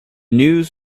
news